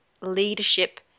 leadership